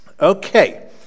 Okay